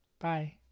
Bye